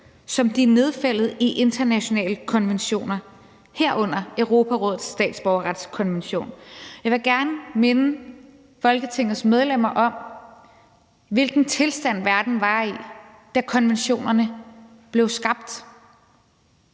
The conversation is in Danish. som de er nedfældet i internationale konventioner, herunder Europarådets statsborgerretskonvention. Jeg vil gerne minde Folketingets medlemmer om, hvilken tilstand verden var i, da konventionerne blev skabt.